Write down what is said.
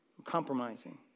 compromising